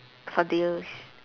for deals